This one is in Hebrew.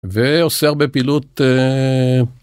ואוסר בפעילות...